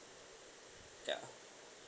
ya